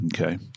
Okay